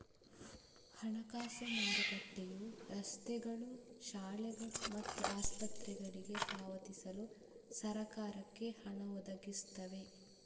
ಹಣಕಾಸು ಮಾರುಕಟ್ಟೆಯು ರಸ್ತೆಗಳು, ಶಾಲೆಗಳು ಮತ್ತು ಆಸ್ಪತ್ರೆಗಳಿಗೆ ಪಾವತಿಸಲು ಸರಕಾರಕ್ಕೆ ಹಣ ಒದಗಿಸ್ತವೆ